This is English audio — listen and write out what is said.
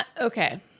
Okay